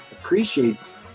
appreciates